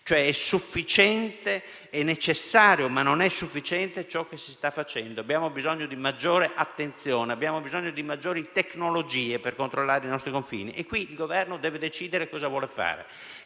siano balbettanti. È necessario ma non è sufficiente ciò che si sta facendo. Abbiamo bisogno di maggiore attenzione, abbiamo bisogno di maggiori tecnologie per controllare i nostri confini e qui il Governo deve decidere cosa vuole fare.